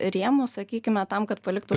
rėmus sakykime tam kad paliktų